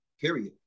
period